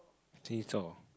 seesaw